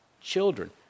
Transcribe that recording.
children